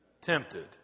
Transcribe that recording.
Tempted